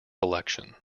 election